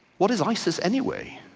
what is isis anyway?